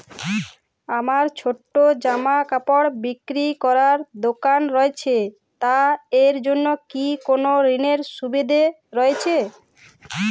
আমার ছোটো জামাকাপড় বিক্রি করার দোকান রয়েছে তা এর জন্য কি কোনো ঋণের সুবিধে রয়েছে?